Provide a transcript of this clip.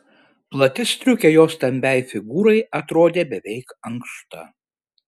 plati striukė jos stambiai figūrai atrodė beveik ankšta